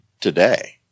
today